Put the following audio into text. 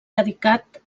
dedicat